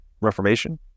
Reformation